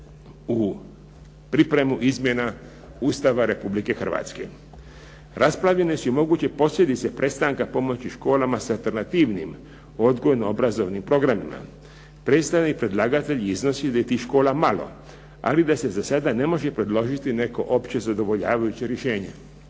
u pripremu izmjena Ustava Republike Hrvatske. Raspravljene su i moguće posljedice prestanka pomoći školama s alternativnim odgojno-obrazovnim programima. Predstavnik predlagatelja iznosi da je tih škola malo, ali da se za sad ne može predložiti neko opće zadovoljavajuće rješenje.